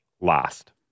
last